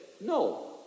no